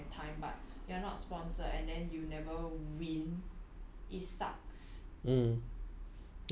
that makes it even worse like if you spend so much money and time but you are not sponsored and then you never win